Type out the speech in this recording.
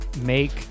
make